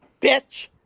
bitch